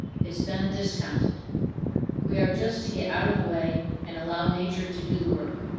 is then discounted we are just to get out of the way and allow nature to do the work.